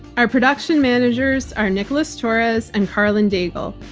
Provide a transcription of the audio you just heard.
our production managers are nicholas torres and karlyn daigle.